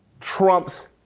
trumps